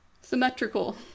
symmetrical